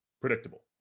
predictable